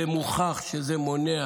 ומוכח שזה מונע